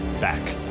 back